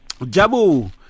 Jabu